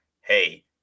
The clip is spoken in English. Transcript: Hey